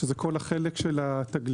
שזה כל החלק של התגליות,